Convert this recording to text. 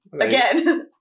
again